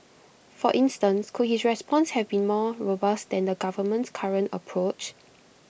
for instance could his response have been more robust than the government's current approach